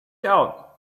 out